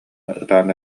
ытаан